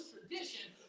tradition